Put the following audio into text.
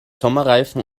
sommerreifen